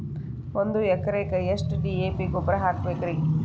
ಒಂದು ಎಕರೆಕ್ಕ ಎಷ್ಟ ಡಿ.ಎ.ಪಿ ಗೊಬ್ಬರ ಹಾಕಬೇಕ್ರಿ?